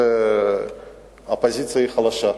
שהאופוזיציה חלשה.